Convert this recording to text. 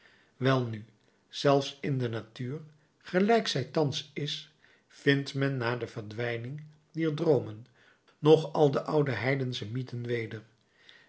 welnu zelfs in de natuur gelijk zij thans is vindt men na de verdwijning dier droomen nog al de oude heidensche mythen weder